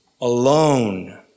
alone